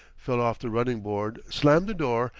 fell off the running-board, slammed the door,